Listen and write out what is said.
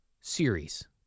series